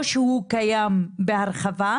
לא ידעו אפילו על קיום האופציה הזאת,